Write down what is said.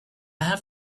have